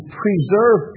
preserve